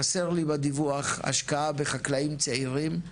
חסר לי בדיווח השקעה בחקלאים צעירים.